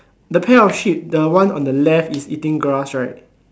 the pair of sheep the one of the left is eating grass right